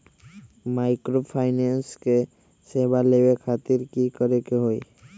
Microfinance के सेवा लेबे खातीर की करे के होई?